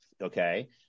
okay